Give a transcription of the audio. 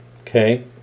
Okay